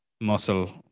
muscle